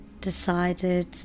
decided